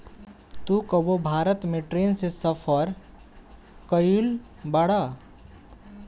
तू कबो भारत में ट्रैन से सफर कयिउल बाड़